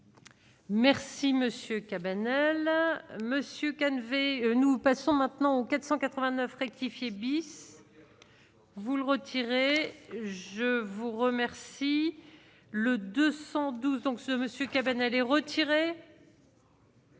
à monsieur Calvet nous passons maintenant au 489 rectifié bis vous le retirer, je vous remercie le 212 donc ce monsieur Cabanel est retiré.